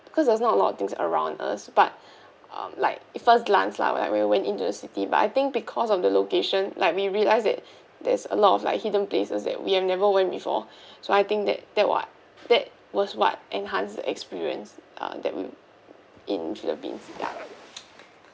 because there's not a lot of things around us but um like first glance lah like when we went in to the city but I think because of the location like we realise that there's a lot of like hidden places that we have never went before so I think that that wa~ that was what enhance the experience uh that we in philippines ya